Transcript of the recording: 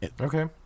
Okay